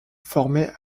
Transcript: formait